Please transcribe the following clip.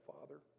Father